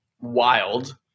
wild